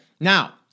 Now